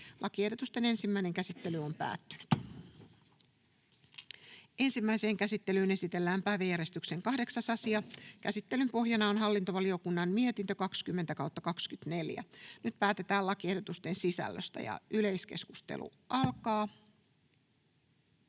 lain muuttamisesta Time: N/A Content: Ensimmäiseen käsittelyyn esitellään päiväjärjestyksen 6. asia. Käsittelyn pohjana on talousvaliokunnan mietintö TaVM 15/2024 vp. Nyt päätetään lakiehdotuksen sisällöstä. — Yleiskeskustelu alkaa.